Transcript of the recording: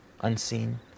unseen